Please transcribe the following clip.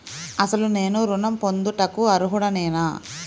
అసలు నేను ఋణం పొందుటకు అర్హుడనేన?